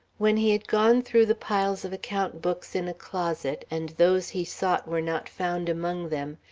when he had gone through the piles of account books in a closet and those he sought were not found among them,